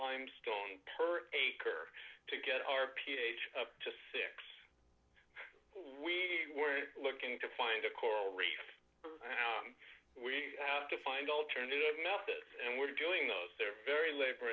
limestone per acre to get our ph up to six we were looking to find a coral reef when you have to find alternative methods and we're doing those that are very labor